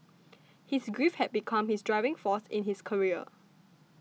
his grief had become his driving force in his career